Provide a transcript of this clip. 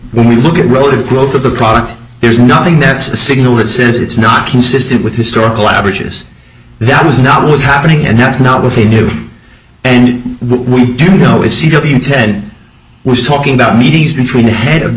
when we look at relative growth of the product there's nothing that's the signal that says it's not consistent with historical averages that was not what was happening and that's not with him and we do know is c e o in ten was talking about meetings between the head of the